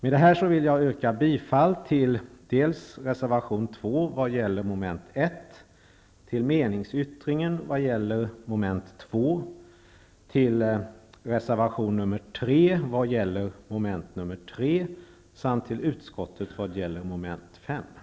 Med detta vill jag yrka bifall till reservation 2 vad gäller mom. 1, till meningsyttringen vad gäller mom. 2, till reservation 3 vad gäller mom. 3 samt till utskottets hemställan vad gäller mom. 5.